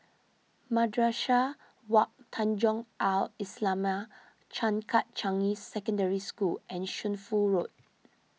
Madrasah Wak Tanjong Al Islamiah Changkat Changi Secondary School and Shunfu Road